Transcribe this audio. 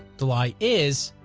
the lie is,